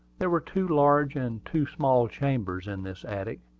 there were two large and two small chambers in this attic,